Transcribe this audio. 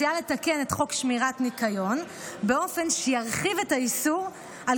מציעה לתקן את חוק שמירת ניקיון באופן שירחיב את האיסור של